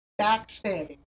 backstanding